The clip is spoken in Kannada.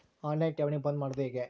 ಆನ್ ಲೈನ್ ಠೇವಣಿ ಬಂದ್ ಮಾಡೋದು ಹೆಂಗೆ?